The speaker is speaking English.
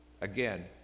Again